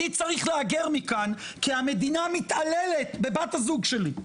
אני צריך להגר מכאן כי המדינה מתעללת בבת הזוג שלי,